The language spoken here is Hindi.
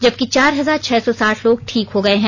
जबकि चार हजार छह सौ साठ लोग ठीक हो गए हैं